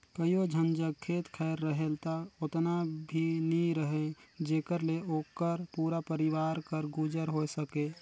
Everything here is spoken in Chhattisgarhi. कइयो झन जग खेत खाएर रहेल ता ओतना भी नी रहें जेकर ले ओकर पूरा परिवार कर गुजर होए सके